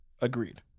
agreed